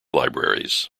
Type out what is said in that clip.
libraries